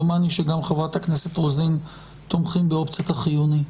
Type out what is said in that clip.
דומני שגם חברת הכנסת רוזין תומכים באופציית החיוני.